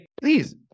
please